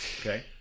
Okay